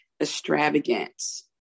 extravagance